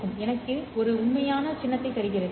இது எனக்கு ஒரு உண்மையான சின்னத்தை தருகிறது